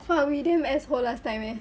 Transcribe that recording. !wah! we damn asshole last time eh